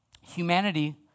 Humanity